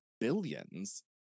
billions